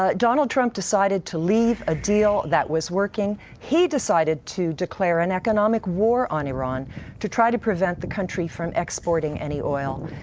ah donald trump decided to leave a deal that was working. he decided to declare an economic war on iran to try to prevent the country from exporting any oil.